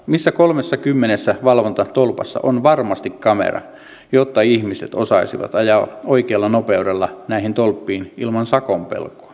missä kolmessakymmenessä valvontatolpassa on varmasti kamera jotta ihmiset osaisivat ajaa oikealla nopeudella näihin tolppiin ilman sakon pelkoa